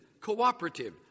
cooperative